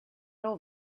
know